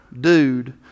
dude